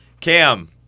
Cam